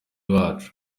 wacu